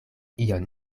ion